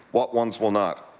what ones will not?